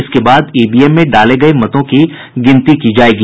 इसके बाद ईवीएम में डाले गये मतों की गिनती की जायेगी